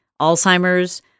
Alzheimer's